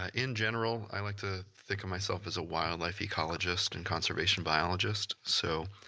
ah in general i like to think of myself as a wildlife ecologist and conservation biologist. so,